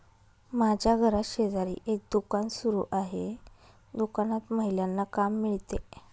माझ्या घराशेजारी एक दुकान सुरू आहे दुकानात महिलांना काम मिळते